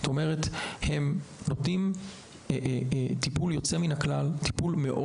הם נותנים טיפול יוצא מן הכלל, טיפול מאוד